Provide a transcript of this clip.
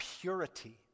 purity